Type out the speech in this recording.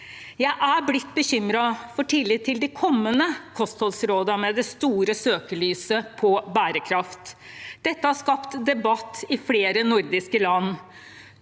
Jeg er blitt bekymret for tilliten til de kommende kostholdsrådene, med det store søkelyset på bærekraft. Dette har skapt debatt i flere nordiske land.